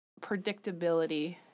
predictability